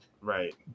right